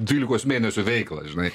dvylikos mėnesių veiklą žinai